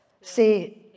See